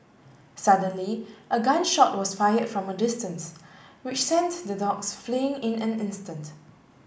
suddenly a gun shot was fired from a distance which sent the dogs fleeing in an instant